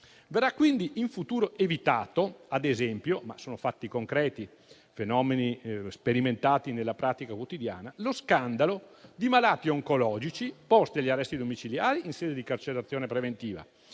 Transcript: Verrà quindi in futuro evitato ad esempio - ma sono fatti concreti e fenomeni sperimentati nella pratica quotidiana - lo scandalo di malati oncologici posti agli arresti domiciliari in sede di carcerazione preventiva,